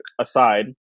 aside